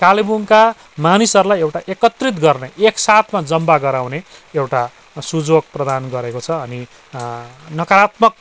कालेबुङका मानिसहरूलाई एउटा एकत्रित गर्ने एकसाथमा जम्मा गराउने एउटा सुजोग प्रदान गरेको छ अनि नकारात्मक